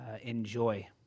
enjoy